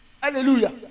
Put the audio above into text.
Hallelujah